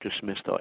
dismissed